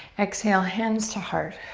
exhale, hands to heart.